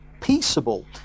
peaceable